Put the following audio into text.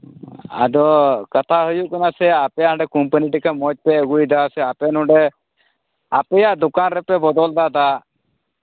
ᱟᱫᱚ ᱠᱟᱛᱷᱟ ᱦᱩᱭᱩᱜ ᱠᱟᱱᱟ ᱥᱮ ᱟᱯᱮᱭᱟᱜ ᱚᱱᱟ ᱠᱳᱢᱯᱟᱱᱤ ᱴᱷᱮᱱ ᱠᱷᱚᱱ ᱢᱚᱡᱽ ᱯᱮ ᱟᱹᱜᱩᱭᱫᱟ ᱟᱯᱮ ᱱᱚᱰᱮ ᱟᱯᱮᱭᱟᱜ ᱫᱚᱠᱟᱱ ᱨᱮᱯᱮ ᱵᱚᱫᱚᱞ ᱫᱟ ᱫᱟᱜ